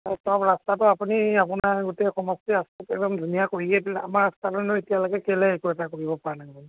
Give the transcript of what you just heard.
তাৰ পৰা ৰাস্তাটো আপুনি আপোনাৰ গোটেই সমষ্টি ৰাস্তাটো একদম ধুনীয়া কৰিয়ে দিলে আমাৰ ৰাস্তালৈ নো এতিয়ালৈ কেলে একো এটা কৰিব পৰা নাই